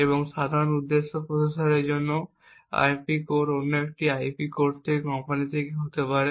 এবং সাধারণ উদ্দেশ্য প্রসেসরের জন্য আইপি কোর অন্য একটি আইপি কোর অন্য কোম্পানি থেকে হতে পারে